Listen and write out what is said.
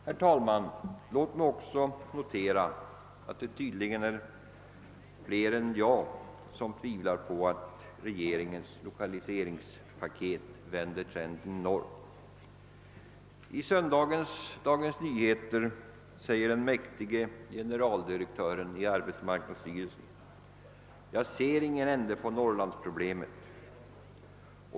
Låt mig sedan också notera att det tydligen är fler än jag som tvivlar på att regeringens lokaliseringspaket vänder trenden i norr. I söndagens nummer av Dagens Nyheter säger den mäktige generaldirektören i arbetsmarknadsstyrelsen: »Jag ser ingen ände på Norrlandsproblemet.